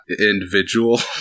individual